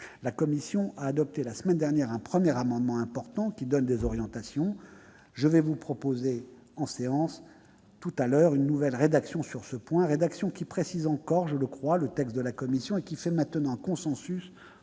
La commission a adopté la semaine dernière un premier amendement important qui donne des orientations. Je vous proposerai, mes chers collègues, une nouvelle rédaction sur ce point, qui précise encore- je le crois -le texte de la commission et qui fait maintenant consensus